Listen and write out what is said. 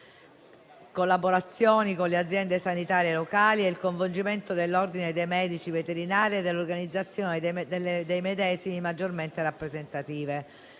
collaborazioni con le aziende sanitarie locali e il coinvolgimento dell'Ordine dei medici veterinari e delle organizzazioni dei medesimi maggiormente rappresentative.